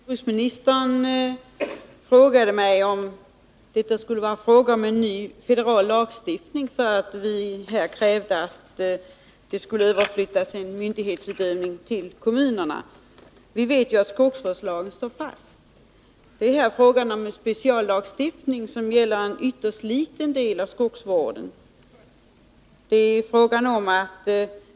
Herr talman! Jordbruksministern frågade mig om det skulle vara fråga om en ny federal lagstiftning, för att vi krävde att myndighetsutövningen skulle överflyttas till kommunerna. Vi vet ju att skogsvårdslagstiftningen står fast. Det är här fråga om en speciallagstiftning, som gäller en ytterst liten del av skogsvården.